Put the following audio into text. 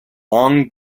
long